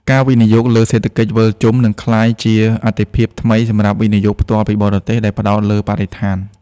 ការវិនិយោគលើ "សេដ្ឋកិច្ចវិលជុំ" នឹងក្លាយជាអាទិភាពថ្មីសម្រាប់ វិនិយោគផ្ទាល់ពីបរទេស ដែលផ្ដោតលើបរិស្ថាន។